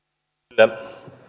kyllä